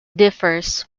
differs